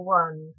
one